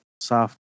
soft